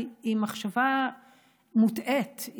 היא מחשבה מוטעית,